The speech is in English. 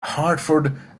hartford